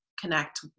connect